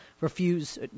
refuse